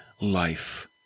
life